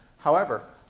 however,